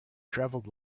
traveled